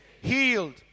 healed